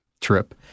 trip